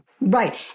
Right